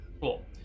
Cool